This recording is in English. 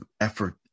effort